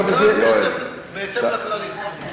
אני כאן, בהתאם לכללים.